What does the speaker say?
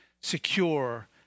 secure